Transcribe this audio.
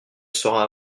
sera